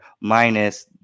minus